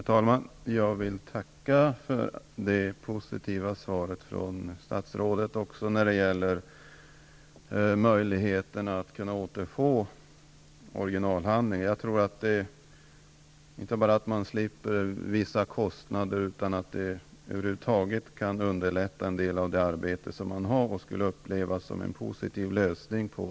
Herr talman! Jag vill tacka för det positiva svaret från statsrådet också när det gäller möjligheterna att återfå originalhandlingar. Jag tror att man därigenom inte bara skulle slippa vissa kostnader. Det skulle också underlätta en del av arbetet och skulle upplevas som en positiv lösning.